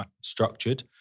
structured